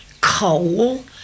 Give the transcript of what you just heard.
coal